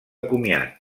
comiat